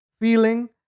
feeling